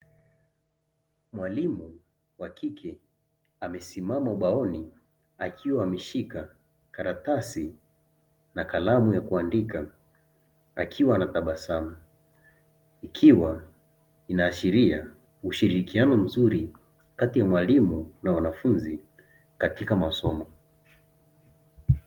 Mwalimu wa kike amesimama ubaoni akiwa ameshika karatasi na kalamu ya kuandika, akiwa anatabasamu. Ikiwa inaashiria ushirikiano mzuri kati ya mwalimu na wanafunzi katika masomo.